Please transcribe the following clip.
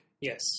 Yes